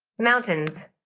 mountains.